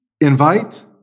invite